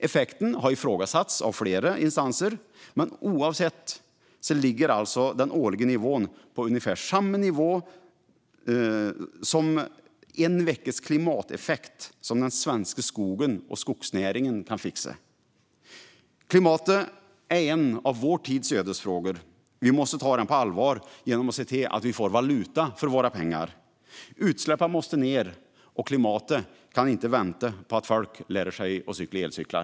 Effekten har ifrågasatts av flera instanser, men oavsett detta ligger alltså den årliga nivån på ungefär samma klimateffekt som den svenska skogen och skogsnäringen fixar på en vecka. Klimatet är en av vår tids ödesfrågor. Vi måste ta den på allvar genom att se till att vi får valuta för våra pengar. Utsläppen måste ned, och klimatet väntar inte på att folk ska lära sig cykla på elcyklar.